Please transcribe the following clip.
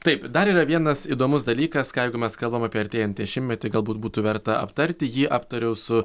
taip dar yra vienas įdomus dalykas ką jeigu mes kalbam apie artėjantį dešimtmetį galbūt būtų verta aptarti jį aptariau su